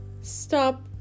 stop